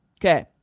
Okay